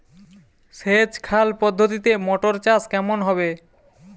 সেচ খাল পদ্ধতিতে মটর চাষ কেমন হবে?